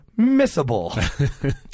missable